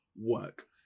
work